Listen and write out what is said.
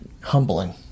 humbling